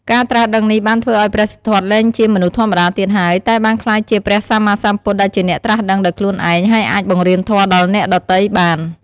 ការត្រាស់ដឹងនេះបានធ្វើឱ្យព្រះសិទ្ធត្ថលែងជាមនុស្សធម្មតាទៀតហើយ តែបានក្លាយជាព្រះសម្មាសម្ពុទ្ធ ដែលជាអ្នកត្រាស់ដឹងដោយខ្លួនឯង ហើយអាចបង្រៀនធម៌ដល់អ្នកដទៃបាន។